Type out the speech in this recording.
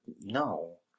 No